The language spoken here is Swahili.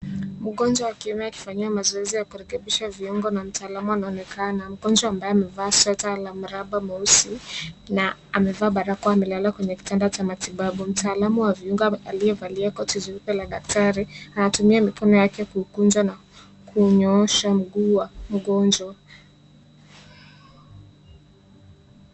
Mgonjwa wa kiume akifanyiwa mazoezi ya kurekebisha viungo na mtaalamu anaonekana. Mgonjwa ambaye amevaa sweta la mraba mweusi, na amevaa barakoa amelala kwenye kitanda cha matibabu. Mtaalamu wa viungo aliyevalia koti jeupe la daktari, anatumia mikono yake kuikunja na kunyoosha mguu wa mgonjwa.